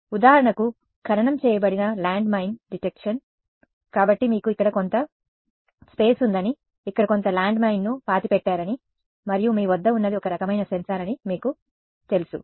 ఉదాహరణకు ఖననం చేయబడిన ల్యాండ్ మైన్ డిటెక్షన్ కాబట్టి మీకు ఇక్కడ కొంత స్థలం ఉందని ఇక్కడ కొంత ల్యాండ్మైన్ ను పాతిపెట్టారని మరియు మీ వద్ద ఉన్నది ఒక రకమైన సెన్సార్ అని మీకు తెలుసు